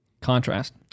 contrast